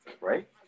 Right